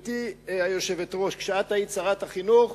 גברתי היושבת-ראש, כשאת היית שרת החינוך